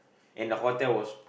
and the hotel was